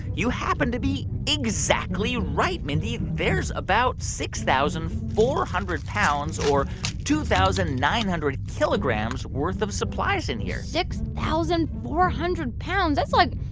you happen to be exactly right, mindy. there's about six thousand four hundred pounds or two thousand nine hundred kilograms worth of supplies in here six thousand four hundred pounds. that's, like,